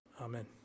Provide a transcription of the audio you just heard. Amen